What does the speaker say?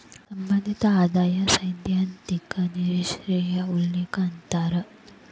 ಸಂಬಂಧಿತ ಆದಾಯ ಸೈದ್ಧಾಂತಿಕ ನಿಷ್ಕ್ರಿಯ ಉಲ್ಲೇಖ ಅಂತಾರ